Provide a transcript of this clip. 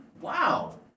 Wow